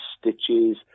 stitches